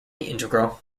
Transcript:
integral